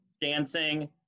dancing